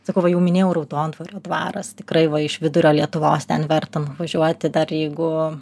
sakau va jau minėjau raudondvario dvaras tikrai va iš vidurio lietuvos ten verta nuvažiuoti dar jeigu